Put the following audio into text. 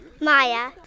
Maya